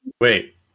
Wait